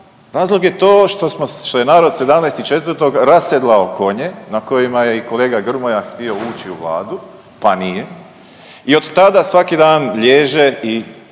Razlog je to što smo, što je narod 17.04. rasedlao konje na kojima je i kolega Grmoja htio ući u Vladu pa nije i od tada svaki dan liježe i